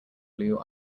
blue